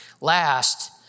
Last